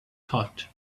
thought